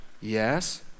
Yes